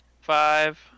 five